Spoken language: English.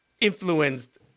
influenced